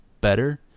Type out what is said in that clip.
better